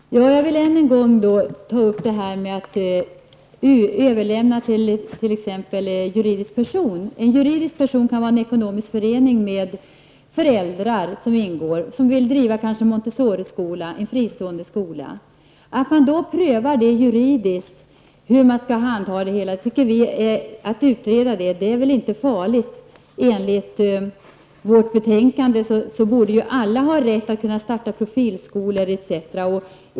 Herr talman! Jag vill än en gång ta upp förslaget om att överlämna till en juridisk person, t.ex. en ekonomisk förening där föräldrar ingår, att driva exempelvis en Montessoriskola eller annan fristående skola. Att utreda hur detta juridiskt skall kunna ske det bör väl inte vara farligt. Alla borde enligt betänkandet ha rätt att starta profilskolor.